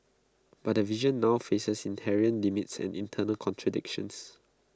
but the vision now faces inherent limits and internal contradictions